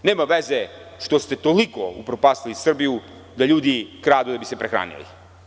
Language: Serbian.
Nema veze što ste toliko upropastili Srbiju da ljudi kradu da bi se prehranili.